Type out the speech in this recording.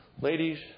Ladies